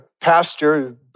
pastor